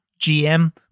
GM